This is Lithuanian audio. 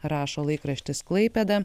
rašo laikraštis klaipėda